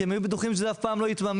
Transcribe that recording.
כי הם היו בטוחים שזה אף פעם לא יתממש.